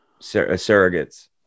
surrogates